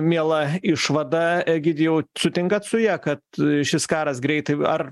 miela išvada egidijau sutinkat su ja kad šis karas greitai ar